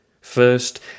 First